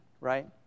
right